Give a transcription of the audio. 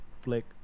flick